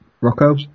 Rocco